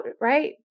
right